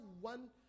one